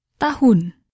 Tahun